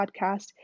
podcast